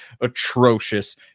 atrocious